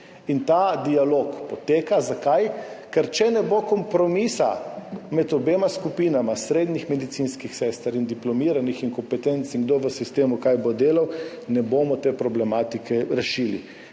In ta dialog poteka. Zakaj? Ker če ne bo kompromisa med obema skupinama, srednjih medicinskih sester in diplomiranih in kompetenc in kdo v sistemu bo kaj delal, ne bomo te problematike rešili.